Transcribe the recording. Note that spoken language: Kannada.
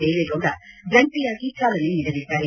ದೇವೇಗೌಡ ಜಂಟಯಾಗಿ ಚಾಲನೆ ನೀಡಲಿದ್ದಾರೆ